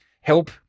help